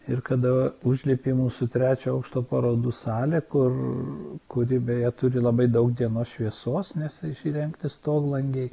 ir kada užlipi į mūsų trečio aukšto parodų salę kur kuri beje turi labai daug dienos šviesos nes įrengti stoglangiai